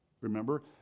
remember